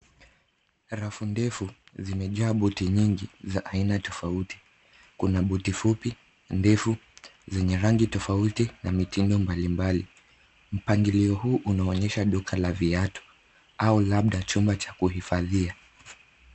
Rafu ndefu zimejaa buti nyingi za aina tofauti kuna buti fupi na refu zenye rangi tofauti na mitindo mbalimbali. Mpangilio huu unaonyesha duka la viatu au labda chumba cha kuhifadhia.